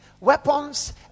weapons